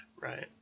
Right